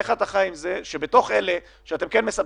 איך אתה חי עם זה שבתוך אלה שאתם מסבסדים